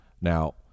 Now